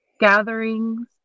gatherings